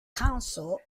council